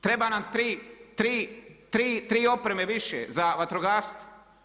Treba nam tri opreme više za vatrogastvo.